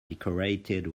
decorated